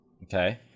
Okay